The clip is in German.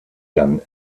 dann